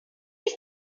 ist